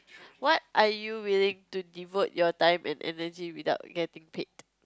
what are you willing to devote your time and energy without getting paid